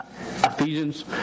Ephesians